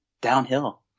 downhill